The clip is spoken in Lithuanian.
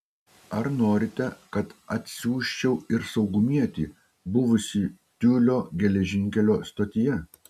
ar norite kad atsiųsčiau ir saugumietį buvusį tiulio geležinkelio stotyje